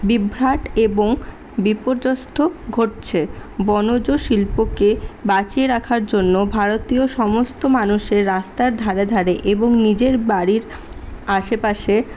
বিভ্রাট এবং বিপর্যস্ত ঘটছে বনজ শিল্পকে বাঁচিয়ে রাখার জন্য ভারতীয় সমস্ত মানুষের রাস্তার ধারে ধারে এবং নিজের বাড়ির আশেপাশে